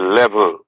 level